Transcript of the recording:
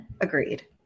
Agreed